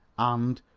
and,